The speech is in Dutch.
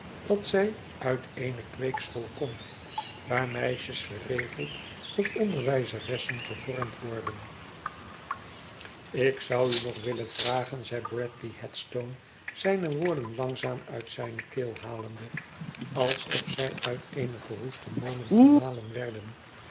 dat zij uit eene kweekschool komt waar meisjes geregeld tot onderwijzeressen gevormd worden ik zou u nog willen vragen zei bradley headstone zijne woorden langzaam uit zijne keel halende alsof zij uit een verroesten molen gemalen werden